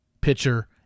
pitcher